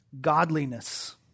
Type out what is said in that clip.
godliness